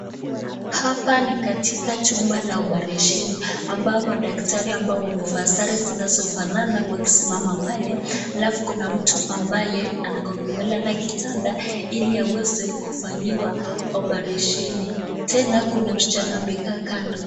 Hapa ni katika chumba la oparesheni, ambao madaktari ambao wamevalia sare zao zinazofanana zinasimama pale, alafu kuna mtu ambaye amelala kitanda ili aweze kufanyiwa oparesheni. Tena kuna msichana amekaa kando.